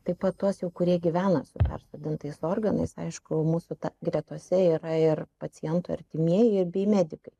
taip pat tuos kurie jau gyvena su persodintais organais aišku mūsų gretose yra ir pacientų artimieji bei medikai